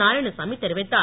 நாராயணசாமி தெரிவித்தார்